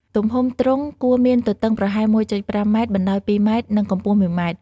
ទំហំទ្រុងគួរមានទទឹងប្រហែល ១.៥ ម៉ែត្រ បណ្ដោយ ២ ម៉ែត្រ និងកម្ពស់ ១ ម៉ែត្រ។